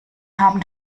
haben